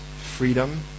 freedom